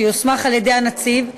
שיוסמך על-ידי הנציב,